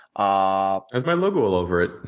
ah has my logo all over it.